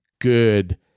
good